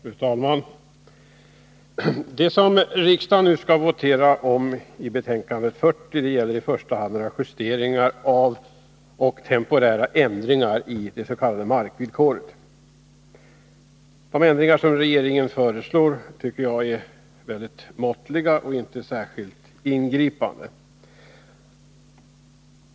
Fru talman! Det som riksdagen nu skall votera om i betänkande 40 gäller i första hand några justeringar av och temporära ändringar i det s.k. markvillkoret. De ändringar som regeringen föreslår tycker jag är mycket måttliga och inte särskilt ingripande.